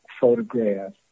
photograph